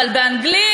אבל באנגלית,